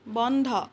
বন্ধ